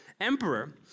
emperor